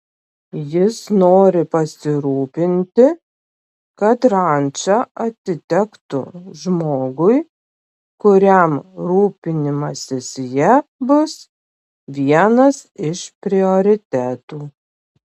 jis nori pasirūpinti kad ranča atitektų žmogui kuriam rūpinimasis ja bus vienas iš prioritetų